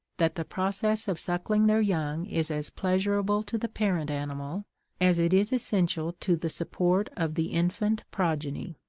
that the process of suckling their young is as pleasurable to the parent animal as it is essential to the support of the infant progeny.